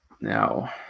Now